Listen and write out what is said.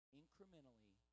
incrementally